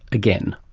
again.